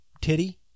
titty